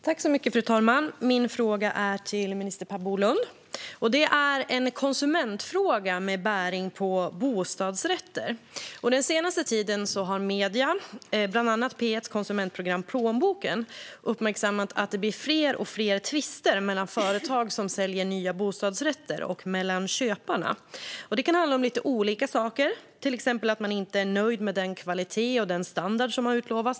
Fru talman! Min fråga är till minister Per Bolund. Det är en konsumentfråga med bäring på bostadsrätter. Den senaste tiden har medierna, bland annat P1:s konsumentprogam Plånboken , uppmärksammat att det blir allt fler tvister mellan företag som säljer nya bostadsrätter och köparna. Det kan handla om lite olika saker. Det kan till exempel vara att man inte är nöjd med den kvalitet och den standard som har utlovats.